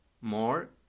more